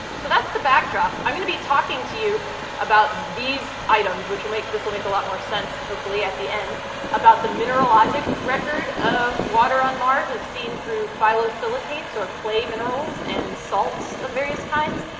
so that's the backdrop. i'm gonna be talking to you about these items, which will make this will make a lot more sense, hopefully, at the end about the mineralogic record of water on mars as seen through phyllosilicates or clay minerals and salts of various kinds,